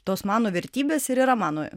tos mano vertybės ir yra mano